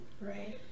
Right